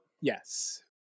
Yes